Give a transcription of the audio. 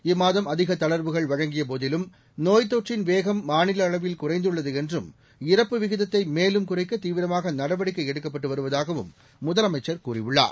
இம்மாதம் அதிக தளர்வுகள் வழங்கிய போதிலும் நோய்த் தொற்றின் வேகம் மாநில அளவில் குறைந்துள்ளது என்றும் இறப்பு விகிதத்தை மேலும் குறைக்க தீவிரமாக நடவடிக்கை எடுக்கப்பட்டு வருவதாகவும் முதலமைச்சர் கூறியுள்ளார்